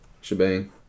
shebang